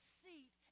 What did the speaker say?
seat